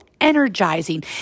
energizing